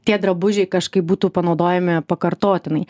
tie drabužiai kažkaip būtų panaudojami pakartotinai